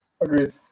Agreed